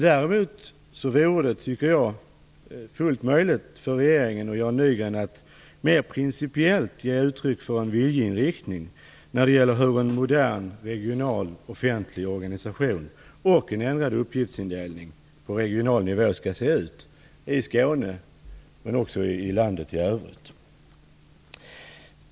Däremot vore det, tycker jag, fullt möjligt för regeringen och Jan Nygren att mera principiellt ge uttryck för en viljeinriktning när det gäller hur en modern regional offentlig organisation och en ändrad uppgiftsfördelning på regional nivå skall se ut i Skåne men också i landet i övrigt.